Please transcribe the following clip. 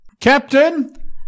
Captain